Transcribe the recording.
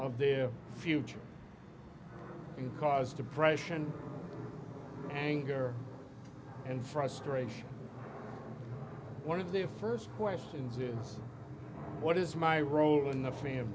of their future in cause depression anger and frustration one of their first questions is what is my role in the fa